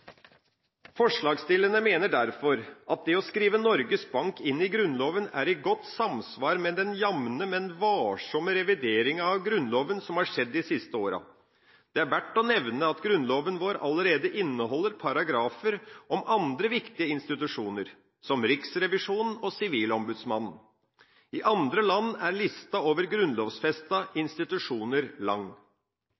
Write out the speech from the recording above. Forslagsstillerne mener derfor at det å skrive Norges Bank inn i Grunnlova, er i godt samsvar med den jevne, men varsomme revideringen av Grunnloven som har skjedd de siste årene. Det er verdt å nevne at grunnloven vår allerede inneholder paragrafer om andre viktige institusjoner, som Riksrevisjonen og Sivilombudsmannen. I andre land er listen over